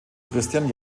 christian